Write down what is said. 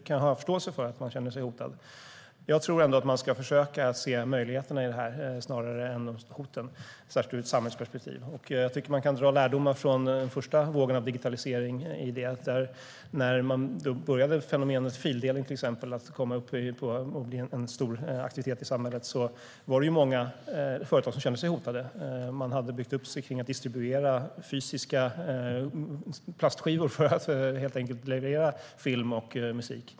Man ska nog försöka att se möjligheterna i detta snarare än hoten, särskilt ur ett samhällsperspektiv. Man kan dra lärdomar från den första vågen av digitalisering. När till exempel fenomenet fildelning började bli en stor aktivitet i samhället var det många företag som kände sig hotade. De hade byggt sin verksamhet kring att distribuera fysiska plastskivor för att helt enkelt leverera film och musik.